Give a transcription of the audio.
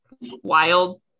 wild